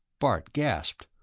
bart gasped.